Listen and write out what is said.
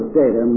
data